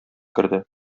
керде